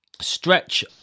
stretch